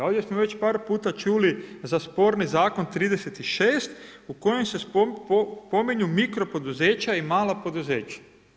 Ovdje smo već par puta čuli za sporni zakon 36. u kojem se spominju mikro poduzeća i mala poduzeća.